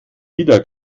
wieder